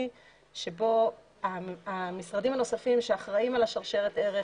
שבו המשרדים הנוספים שאחראים על שרשרת הערך,